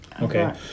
Okay